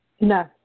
no